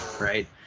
right